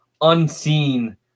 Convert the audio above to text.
unseen